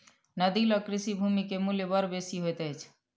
नदी लग कृषि भूमि के मूल्य बड़ बेसी होइत अछि